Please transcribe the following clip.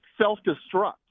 self-destruct